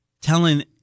Telling